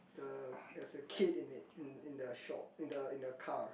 the that's a kid in it in in the sho~ in the in the car